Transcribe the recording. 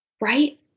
Right